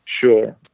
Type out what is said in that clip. sure